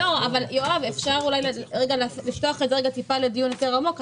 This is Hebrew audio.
רוצה לפתוח את זה לדיון יותר עמוק.